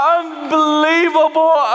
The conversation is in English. unbelievable